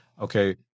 okay